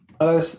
Hello